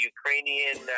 Ukrainian